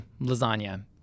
lasagna